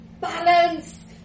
balance